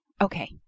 okay